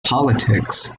politics